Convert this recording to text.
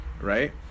right